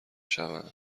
شوند